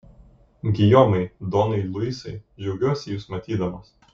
gijomai donai luisai džiaugiuosi jus matydamas